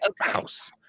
house